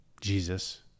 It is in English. Jesus